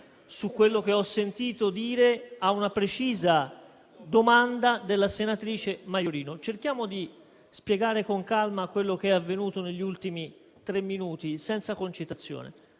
su quello che ho sentito rispondere a una precisa domanda della senatrice Maiorino. Cerchiamo di spiegare con calma quello che è avvenuto negli ultimi tre minuti, senza concitazione.